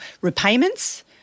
repayments